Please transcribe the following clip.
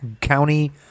county